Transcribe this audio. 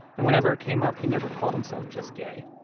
and whenever it came up, he never called himself just gay.